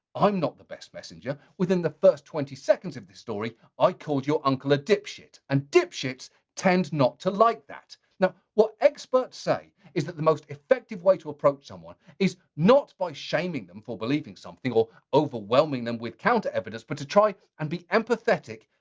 i'm not the best messenger. within the first twenty seconds of this story, i called your uncle a dipshit, and dipshits tend not to like that. now what experts say is that the most effective way to approach someone is not by shaming them for believing in something or overwhelming them with counterevidence, but to try and be empathetic,